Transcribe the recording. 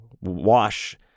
wash